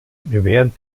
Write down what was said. während